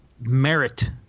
merit